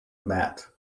mat